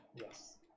Yes